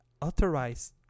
authorized